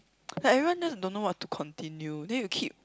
like everyone just don't know what to continue then you keep